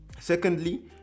Secondly